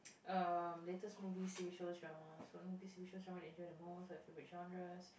um latest movie T_V shows dramas what movies T_V shows dramas do you enjoy the most your favorite genres